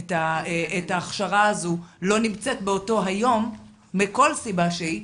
את ההכשרה הזו לא נמצאת באותו היום מכל סיבה שהיא?